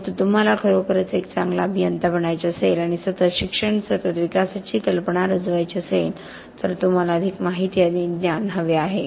परंतु तुम्हाला खरोखरच एक चांगला अभियंता बनायचे असेल आणि सतत शिक्षण सतत विकासाची कल्पना रुजवायची असेल तर तुम्हाला अधिक माहिती आणि ज्ञान हवे आहे